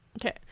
okay